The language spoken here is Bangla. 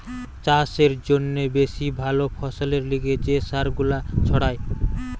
চাষের জন্যে বেশি ভালো ফসলের লিগে যে সার গুলা ছড়ায়